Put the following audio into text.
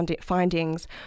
findings